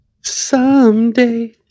Someday